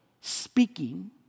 speaking